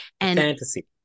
Fantasy